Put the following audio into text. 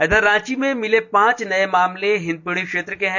इधर रांची में मिले पांच नए मामले हिंदपीढ़ी क्षेत्र के हैं